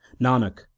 nanak